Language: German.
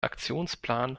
aktionsplan